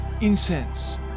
incense